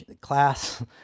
class